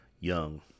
young